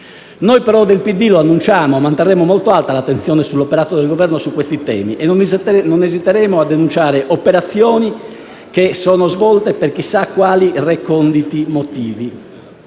PD però - lo annunciamo - manterremo molto alta l'attenzione sull'operato del Governo su questi temi e non esiteremo a denunciare operazioni che sono svolte per chissà quali reconditi motivi,